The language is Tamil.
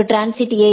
ஒரு டிரான்ஸிட் ஏ